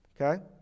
Okay